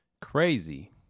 crazy